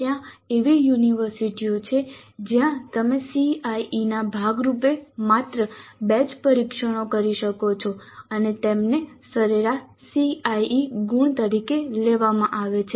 ત્યાં એવી યુનિવર્સિટીઓ છે જ્યાં તમે CIE ના ભાગ રૂપે માત્ર બે જ પરીક્ષણો કરી શકો છો અને તેમની સરેરાશ CIE ગુણ તરીકે લેવામાં આવે છે